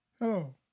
Hello